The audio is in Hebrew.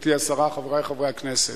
גברתי השרה, חברי חברי הכנסת,